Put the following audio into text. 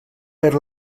per